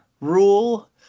rule